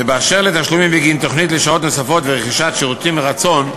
ובאשר לתשלומים בגין תוכנית לשעות נוספות ורכישת שירותים מרצון,